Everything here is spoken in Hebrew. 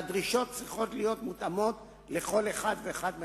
והדרישות צריכות להיות מותאמות לכל אחד ואחד מהמשרדים.